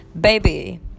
baby